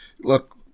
look